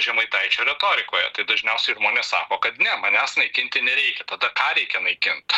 žemaitaičio retorikoje tai dažniausiai žmonės sako kad ne manęs naikinti nereikia tada ką reikia naikint